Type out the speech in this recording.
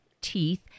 Teeth